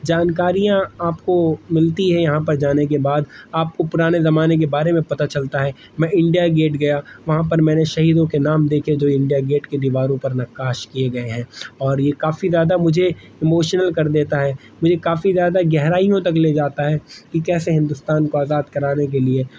جانکاریاں آپ کو ملتی ہیں یہاں پر جانے کے بعد آپ کو پرانے زمانے کے بارے میں پتا چلتا ہے میں انڈیا گیٹ گیا وہاں پر میرے شہیدوں کے نام دیکھے جو انڈیا گیٹ کے دیواروں پر نقش کے گئے ہیں اور یہ کافی زیادہ مجھے ایموشنل کر دیتا ہے مجھے کافی زیادہ گہرائیوں تک لے جاتا ہے کہ کیسے ہندوستان کو آزاد کرانے کے لیے